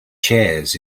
chairs